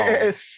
Yes